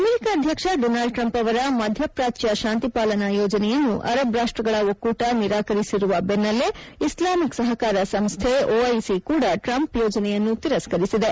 America ಅಧ್ಯಕ್ಷ Donald Trump ಅವರ ಮಧ್ಯಪ್ರಾಚ್ಯ ಶಾಂತಿಪಾಲನಾ ಯೋಜನೆಯನ್ನು ಅರಬ್ ರಾಷ್ಟ್ಗಳ ಒಕ್ಕೂಟ ನಿರಾಕರಿಸಿರುವ ಬೆನ್ನಲ್ಲೇ ಇಸ್ಲಾಮಿಕ್ ಸಹಕಾರ ಸಂಸ್ಥೆ ಒಐಸಿ ಕೂಡ ಟ್ರಂಪ್ ಯೋಜನೆಯನ್ನು ತಿರಸ್ಕರಿಸಿದೆ